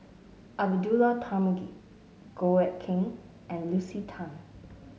Abdullah Tarmugi Goh Eck Kheng and Lucy Tan